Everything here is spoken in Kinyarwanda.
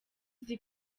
uzi